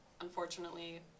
unfortunately